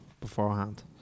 beforehand